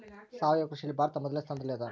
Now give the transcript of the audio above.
ಸಾವಯವ ಕೃಷಿಯಲ್ಲಿ ಭಾರತ ಮೊದಲನೇ ಸ್ಥಾನದಲ್ಲಿ ಅದ